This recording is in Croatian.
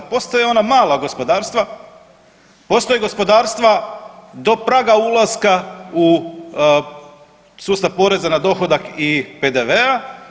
Postoje ona mala gospodarstva, postoje gospodarstva do praga ulaska u sustav poreza na dohodak i PDV-a.